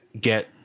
get